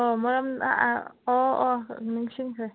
ꯑꯣ ꯃꯔꯝ ꯑꯣꯑꯣ ꯅꯤꯡꯁꯤꯡꯈ꯭ꯔꯦ